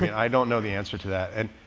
mean, i don't know the answer to that. and